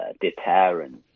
deterrence